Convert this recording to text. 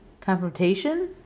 confrontation